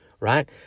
Right